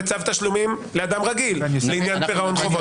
צו תשלומים לאדם רגיל לעניין פירעון חובות.